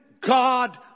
God